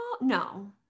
No